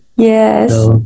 yes